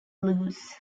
loose